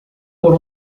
por